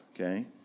Okay